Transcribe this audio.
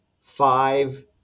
five